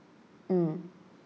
mm